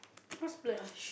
you splurge